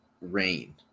rain